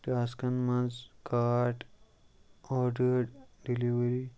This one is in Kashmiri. ٹاسکَن منٛز کارٹ آرڈٲڈ ڈیٚلؤری